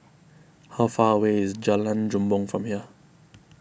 how far away is Jalan Bumbong from here